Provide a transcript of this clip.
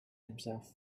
himself